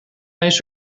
meest